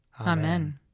Amen